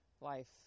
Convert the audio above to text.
life